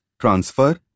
transfer